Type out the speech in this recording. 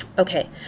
Okay